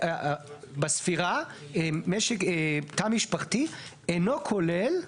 בספירה תא משפחתי אינו כולל,